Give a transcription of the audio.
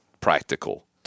practical